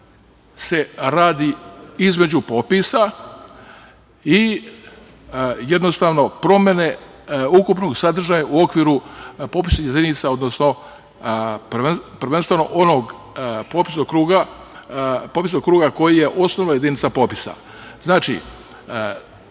se radi između popisa i jednostavno promene ukupnog sadržaja u okviru popisnih jedinica, odnosno prvenstveno onog popisnog kruga koji je osnovna jedinica popisa. Znači,